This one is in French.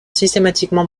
systématiquement